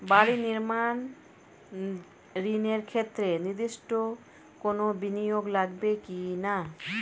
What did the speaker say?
বাড়ি নির্মাণ ঋণের ক্ষেত্রে নির্দিষ্ট কোনো বিনিয়োগ লাগবে কি না?